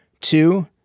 Two